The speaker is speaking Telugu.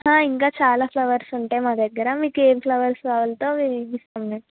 ఇంకా చాలా ఫ్లవర్స్ ఉంటాయి మా దగ్గర మీకు ఏం ఫ్లవర్స్ కావాలంటే ఇస్తాం మెం